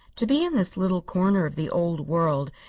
to be in this little corner of the old world,